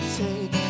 take